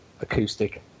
acoustic